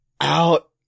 out